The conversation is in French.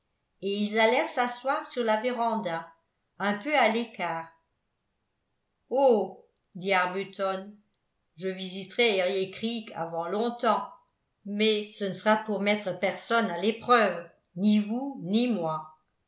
et ils allèrent s'asseoir sur la véranda un peu à l'écart oh dit arbuton je visiterai eriécreek avant longtemps mais ce ne sera pour mettre personne à l'épreuve ni vous ni moi